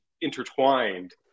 intertwined